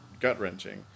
gut-wrenching